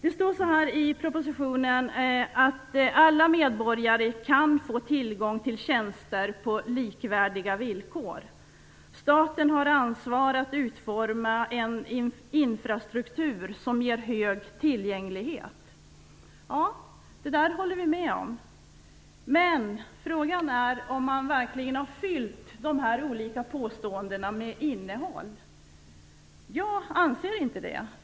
Det står i propositionen att alla medborgare kan få tillgång till tjänster på likvärdiga villkor. Staten har ansvar för att utforma en infrastruktur som ger hög tillgänglighet. Ja, det där håller vi med om. Men frågan är om man verkligen har fyllt de här olika påståendena med innehåll. Jag anser inte det.